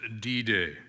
D-Day